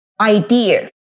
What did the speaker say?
idea